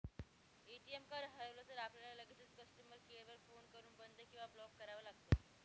ATM card हरवलं तर, आपल्याला लगेचच कस्टमर केअर वर फोन करून बंद किंवा ब्लॉक करावं लागतं